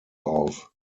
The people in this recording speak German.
auf